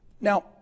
Now